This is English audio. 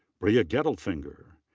breah gettelfinger.